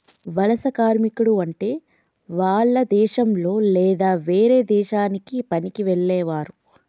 వలస కార్మికుడు అంటే వాల్ల దేశంలొ లేదా వేరే దేశానికి పనికి వెళ్లేవారు